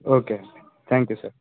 okay thank you sir